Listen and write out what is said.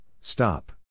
stop